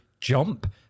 jump